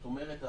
זאת אומרת,